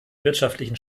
wirtschaftlichen